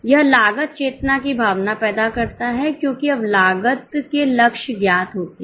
यह लागत चेतना की भावना पैदा करता है क्योंकि अब लागत के लक्ष्य ज्ञात होते हैं